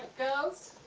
girls?